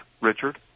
Richard